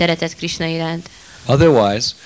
Otherwise